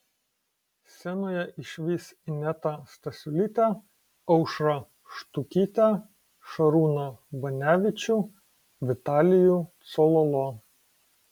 scenoje išvys inetą stasiulytę aušrą štukytę šarūną banevičių vitalijų cololo